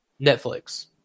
Netflix